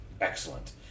Excellent